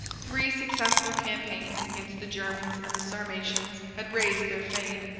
three successful campaigns against the germans and the sarmatians, had raised their fame,